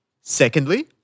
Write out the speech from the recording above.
Secondly